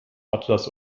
atlas